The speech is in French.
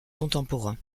contemporain